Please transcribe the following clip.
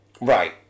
Right